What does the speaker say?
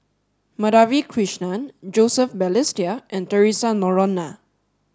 Madhavi Krishnan Joseph Balestier and Theresa Noronha